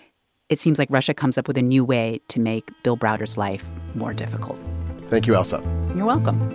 it seems like russia comes up with a new way to make bill browder's life more difficult thank you, ailsa you're welcome